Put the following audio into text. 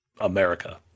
America